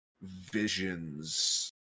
visions